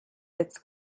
its